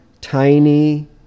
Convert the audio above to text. tiny